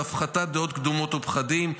והפחתת דעות קדומות ופחדים.